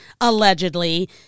allegedly